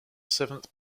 seventh